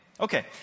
Okay